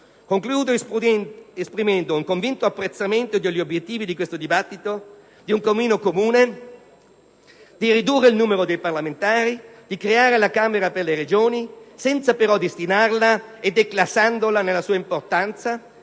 Concludo esprimendo un convinto apprezzamento degli obiettivi di questo dibattito, di un cammino comune volto a ridurre il numero dei parlamentari e a creare la Camera per le Regioni, senza però declassarla nella sua importanza.